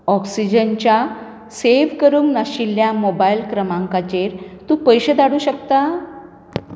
ऑक्सिजनच्या save करूंक नाशिल्ल्या mobile क्रमांकांचेर तूं पयशे धाडूंक शकता